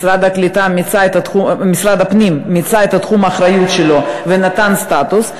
משרד הפנים מיצה את תחום האחריות שלו ונתן סטטוס,